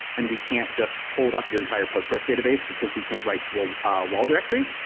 and we can't just hold up your entire postgres database because we can't write to a wall directory,